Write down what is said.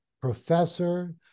professor